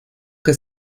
que